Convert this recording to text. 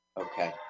okay